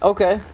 Okay